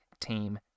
team